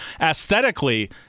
aesthetically